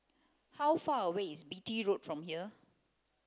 how far away is Beatty Road from here